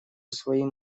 своим